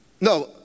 No